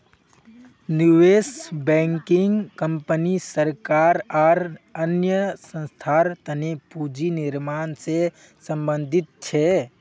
निवेश banking company सरकार आर अन्य संस्थार तने पूंजी निर्माण से संबंधित छे